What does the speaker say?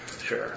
Sure